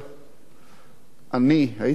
אני הייתי עדיין רב-סרן, אני